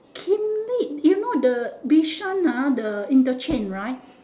kim-lee you know the bishan ah the interchange right